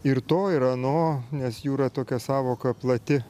ir to ir ano nes jūra tokia sąvoka plati